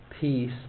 Peace